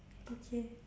okay